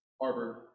Harvard